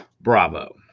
bravo